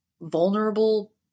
vulnerable